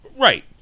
Right